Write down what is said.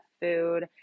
food